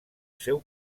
seu